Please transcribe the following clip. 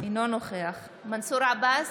אינו נוכח מנסור עבאס,